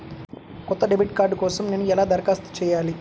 కొత్త debit card కోసం నేను ఎలా దరఖాస్తు చేయాలి?